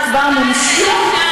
שכבר מומשו,